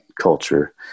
culture